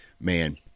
man